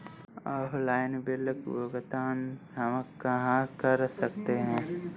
Offline bill भुगतान हम कहां कर सकते हैं?